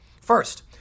First